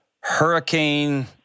hurricane